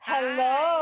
Hello